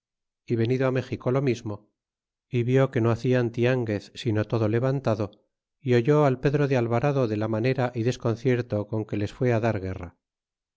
y venido méxi co lo mismo y vil que no hacian ti anguez sino todo levantado é oyó al pedro de alvarado de la manera y d esconcierto con que les fue dar guerra